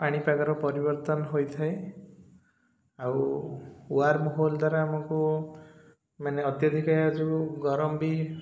ପାଣିପାଗର ପରିବର୍ତ୍ତନ ହୋଇଥାଏ ଆଉ ୱାର୍ମହୋଲ୍ ଦ୍ୱାରା ଆମକୁ ମାନେ ଅତ୍ୟଧିକ ଯେଉଁ ଗରମ ବି